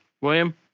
William